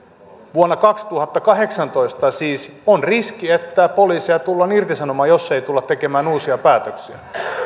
vuonna kaksituhattakahdeksantoista siis on riski että poliiseja tullaan irtisanomaan jos ei tulla tekemään uusia päätöksiä